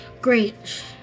Great